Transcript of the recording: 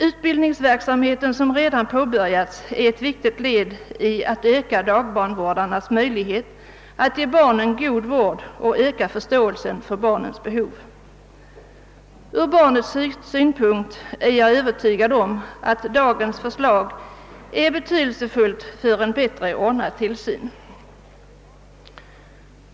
Utbildningsverksamheten, som redan påbörjats, är ett viktigt led i strävandena att öka dagbarnvårdarnas möjligheter att ge barnen god vård och öka förståelsen för barnens behov. Ur barnets synpunkt är jag övertygad om att dagens förslag är betydelsefullt för en bättre ordnad tillsyn.